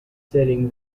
sitting